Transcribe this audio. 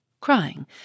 crying